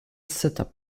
setup